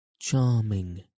charming